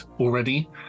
already